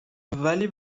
ولی